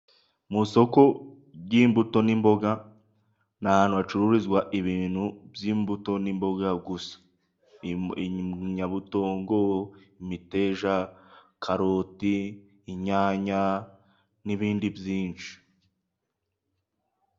Mu isoko ry'imbuto n'imboga, ni ahantu hacururizwa ibintu by'imbuto n'imboga gusa, inyabutongo, imiteja, karoti, inyanya, n'ibindi byinshi.